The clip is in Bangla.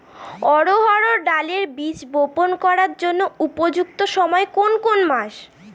অড়হড় ডালের বীজ বপন করার উপযুক্ত সময় কোন কোন মাস?